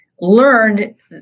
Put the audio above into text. learned